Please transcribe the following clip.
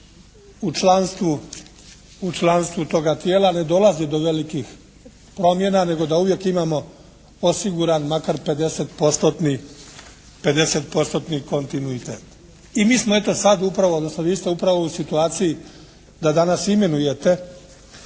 u članstvu toga tijela ne dolazi do velikih promjena nego da uvijek imamo osiguran makar 50% kontinuitet. I mi smo eto sada upravo, odnosno vi ste upravo u situaciji da danas imenujete